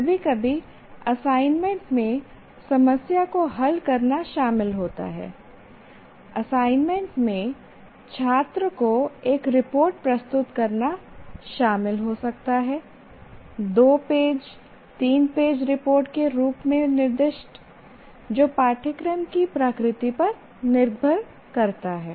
कभी कभी असाइनमेंट में समस्या को हल करना शामिल होता है असाइनमेंट में छात्र को एक रिपोर्ट प्रस्तुत करना शामिल हो सकता है 2 पेज 3 पेज रिपोर्ट के रूप में निर्दिष्ट जो पाठ्यक्रम की प्रकृति पर निर्भर करता है